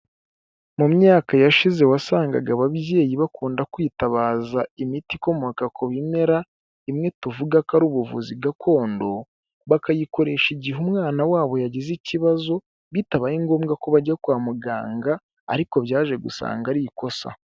Mu myaka yashize wasangaga ababyeyi bakunda kwitabaza imiti ikomoka ku bimera, imwe tuvuga ko ari ubuvuzi gakondo, bakayikoresha igihe umwana wabo yagize ikibazo, bitabaye ngombwa ko bajya kwa muganga, ariko byaje gusanga ari ikosa.